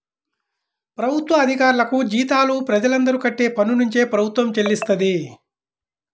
ప్రభుత్వ అధికారులకు జీతాలు ప్రజలందరూ కట్టే పన్నునుంచే ప్రభుత్వం చెల్లిస్తది